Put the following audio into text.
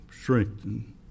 strengthen